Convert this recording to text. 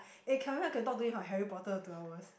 eh Kelvin I can talk to him about Harry-Potter for two hours